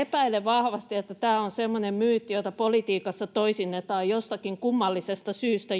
epäilen vahvasti, että tämä on semmoinen myytti, jota politiikassa toisinnetaan johtuen jostakin kummallisesta syystä,